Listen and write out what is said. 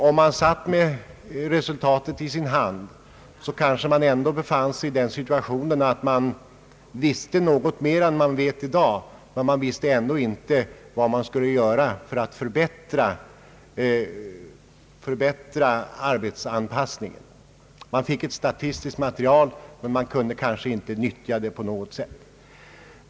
Om vi satt med resultatet i vår hand kanske vi i alla fall befann oss i den situationen att vi visste något mer än vi vet i dag, men ändå inte visste vad vi skulle göra för att förbättra arbetsanpassningen. Vi skulle ha ett statistiskt material men kunde kanske inte nyttja det på något sätt.